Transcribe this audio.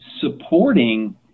supporting